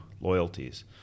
loyalties